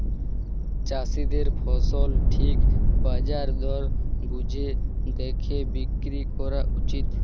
চাষীদের ফসল ঠিক বাজার দর বুঝে দ্যাখে বিক্রি ক্যরা উচিত